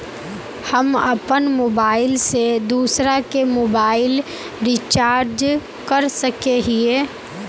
हम अपन मोबाईल से दूसरा के मोबाईल रिचार्ज कर सके हिये?